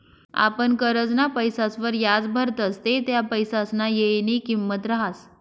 आपण करजंना पैसासवर याज भरतस ते त्या पैसासना येयनी किंमत रहास